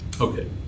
Okay